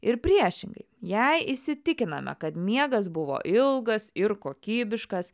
ir priešingai jei įsitikiname kad miegas buvo ilgas ir kokybiškas